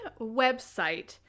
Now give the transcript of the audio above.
website